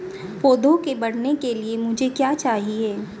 पौधे के बढ़ने के लिए मुझे क्या चाहिए?